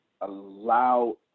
allow